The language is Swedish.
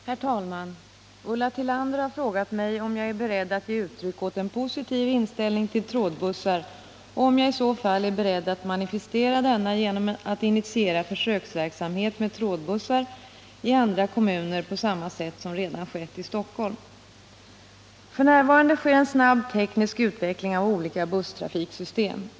Herr talman! Ulla Tillander har frågat mig om jag är beredd att ge uttryck åt en positiv inställning till trådbussar och om jag i så fall är beredd att manifestera denna genom att initiera försöksverksamhet med trådbussar i andra kommuner på samma sätt som redan skett i Stockholm. F.n. sker en snabb teknisk utveckling av olika busstrafiksystem.